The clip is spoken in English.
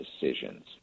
decisions